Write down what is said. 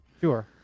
Sure